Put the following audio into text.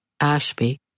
Ashby